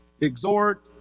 exhort